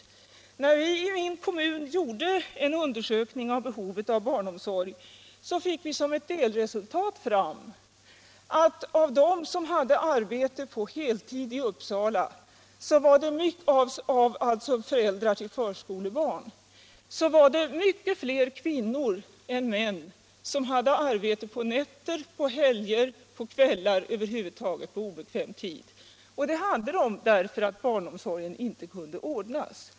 När vi i min hemkommun gjorde en undersökning om behovet av barnomsorg fick vi som ett delresultat fram att av de föräldrar till förskolebarn som hade arbete på heltid i Uppsala var det mycket fler kvinnor än män som hade arbete på nätter, på helger, på kvällar, över huvud taget på obekväm tid, och det hade de därför att barnomsorgen inte kunde ordnas.